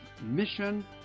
Mission